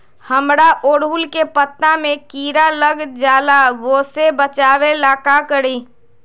हमरा ओरहुल के पत्ता में किरा लग जाला वो से बचाबे ला का करी?